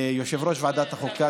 ליושב-ראש ועדת החוקה,